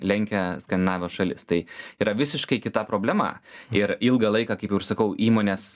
lenkia skandinavijos šalis tai yra visiškai kita problema ir ilgą laiką kaip jau ir sakau įmonės